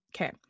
Okay